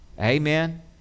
Amen